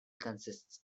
consists